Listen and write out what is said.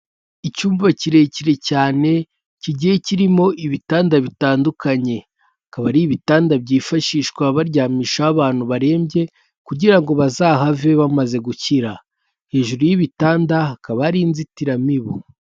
Icyumba kirekire cyane kigiye kirimo ibitanda bitandukanye, akaba ari ibitanda byifashishwa baryamishaho abantu barembye, kugira ngo bazahave bamaze gukira hejuru y'ibitanda hakaba hari inzitiramibu.